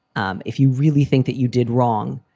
um if you really think that you did wrong,